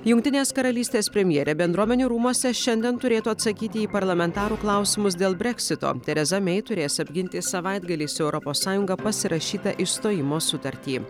jungtinės karalystės premjerė bendruomenių rūmuose šiandien turėtų atsakyti į parlamentarų klausimus dėl breksito tereza mei turės apginti savaitgalį su europos sąjunga pasirašytą išstojimo sutartį